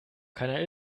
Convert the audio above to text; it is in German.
keiner